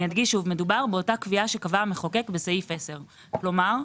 אני אדגיש שמדובר באותה קביעה שקבע המחוקק בסעיף 10. כלומר,